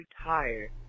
retire